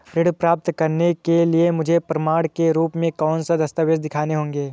ऋण प्राप्त करने के लिए मुझे प्रमाण के रूप में कौन से दस्तावेज़ दिखाने होंगे?